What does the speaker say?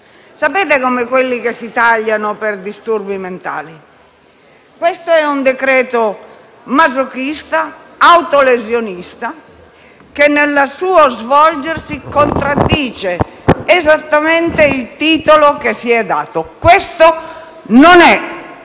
caso di quelli che si tagliano per disturbi mentali. Questo è un decreto-legge masochista e autolesionista, che nel suo svolgersi contraddice esattamente il titolo che si è dato. Questo non è